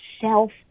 self